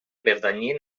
pertanyien